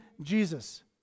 Jesus